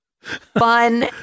fun